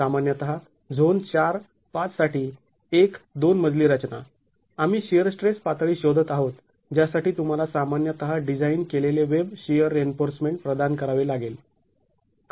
सामान्यतः झोन ४ ५ साठी १ २ मजली रचना आम्ही शिअर स्ट्रेस पातळी शोधत आहोत ज्यासाठी तुम्हाला सामान्यतः डिझाईन केलेले वेब शिअर रिइन्फोर्समेंट प्रदान करावे लागेल